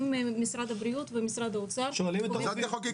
אם משרד הבריאות ומשרד האוצר --- שואלים את הרופאים.